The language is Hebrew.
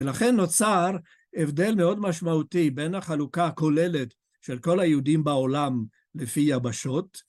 ולכן נוצר הבדל מאוד משמעותי בין החלוקה הכוללת של כל היהודים בעולם לפי יבשות.